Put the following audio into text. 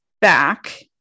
back